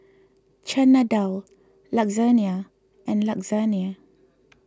Chana Dal Lasagne and Lasagna